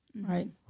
Right